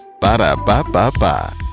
Ba-da-ba-ba-ba